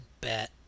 bet